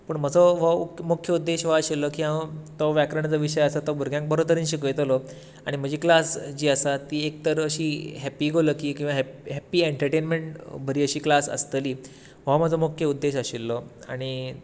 पूण म्हजो हो मुख्य उद्देश हो आशिल्लो की हांव तो व्याकरण जो विशय आसा तो भुरग्यांक बरें तरेन शिकयतलो आनी म्हजी क्लास जी आसा ती एक तर अशी हॅपी गो लकी किंवां हॅप्पी एन्टर्टेनमेन्ट बरी अशी क्लास आसतली हो म्हजो मुख्य उद्देश आशिल्लो आनी